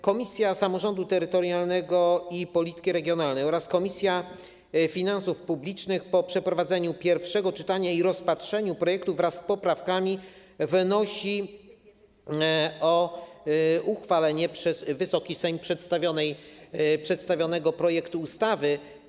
Komisja Samorządu Terytorialnego i Polityki Regionalnej oraz Komisja Finansów Publicznych po przeprowadzeniu pierwszego czytania i rozpatrzeniu projektu wraz z poprawkami wnoszą o uchwalenie przez Wysoki Sejm przedstawionego projektu ustawy.